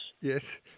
Yes